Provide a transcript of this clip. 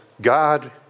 God